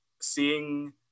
seeing